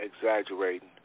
exaggerating